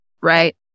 right